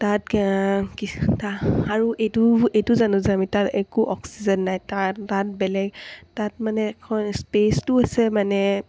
তাত কিছু তা আৰু এইটো এইটো জানো যে আমি তাত একো অক্সিজেন নাই তাত তাত বেলেগ তাত মানে এখন স্পেচটো আছে মানে